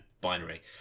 binary